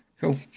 cool